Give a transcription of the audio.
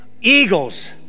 eagles